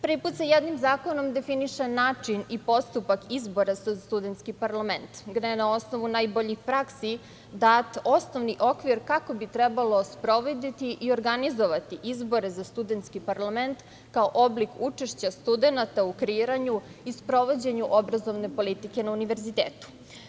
Prvi put se jednim zakonom definiše način i postupak izbora za studentski parlament, gde je na osnovu najboljih praksi dat osnovni okvir kako bi trebalo sprovoditi i organizovati izbore za studentski parlament kao oblik učešća studenata u kreiranju i sprovođenju obrazovne politike na univerzitetu.